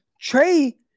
Trey